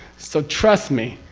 so, trust me.